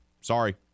Sorry